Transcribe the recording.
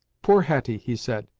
poor hetty, he said,